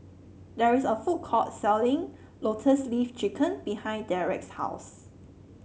there is a food court selling Lotus Leaf Chicken behind Derrek's house